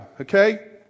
okay